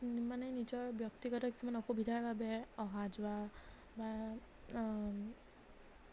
মোৰ মানে নিজৰ ব্যক্তিগত কিছুমান অসুবিধাৰ বাবে অহা যোৱা বা